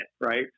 right